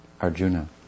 Arjuna